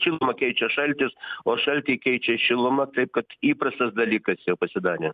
šilumą keičia šaltis o šaltį keičia šiluma taip kad įprastas dalykas jau pasidarė